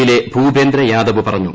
യിലെ ഭൂപേന്ദ്ര ്യാദവ് പറഞ്ഞു